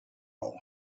all